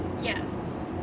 Yes